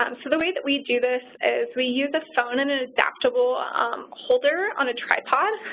um so the way that we do this is we use a phone and an adaptable holder on a tripod,